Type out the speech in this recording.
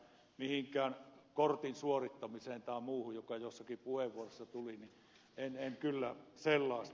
mitään kortin suorittamista tai muuta joka jossakin puheenvuorossa tuli en kyllä kannata